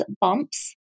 bumps